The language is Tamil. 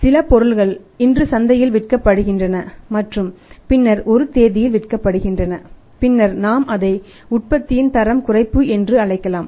சில பொருட்கள் இன்று சந்தையில் விற்கப்படுகின்றன மற்றும் பின்னர் ஒரு தேதியில் விற்கப்படுகின்றன பின்னர் நாம் அதை உற்பத்தியின் தரம் குறைப்பு என்று அழைக்கலாம்